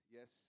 Yes